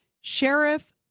Sheriff